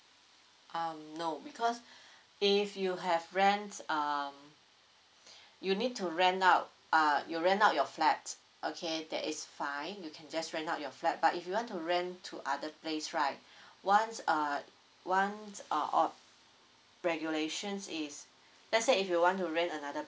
um no because if you have friends um you need to rent out uh you rent out your flat okay that is fine you can just rent out your flat but if you want to rent to other place right once uh ones uh o~ regulation is let's say if you want to rent another